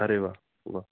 ارے واہ واہ